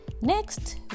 next